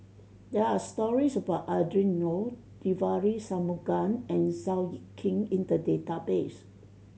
there are stories about Adrin Loi Devagi Sanmugam and Seow Yit Kin in the database